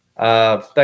Thank